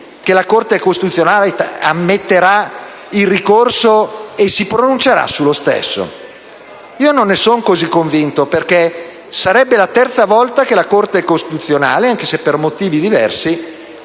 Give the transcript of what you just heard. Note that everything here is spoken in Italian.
la Corte costituzionale ammetterà il ricorso e si pronuncerà sullo stesso? Io non ne sono così convinto perché sarebbe la terza volta che la Corte costituzionale, anche se per motivi diversi,